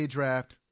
Draft